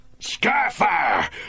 Skyfire